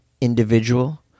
individual